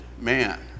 man